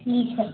ठीक है